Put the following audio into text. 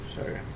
Sorry